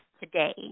today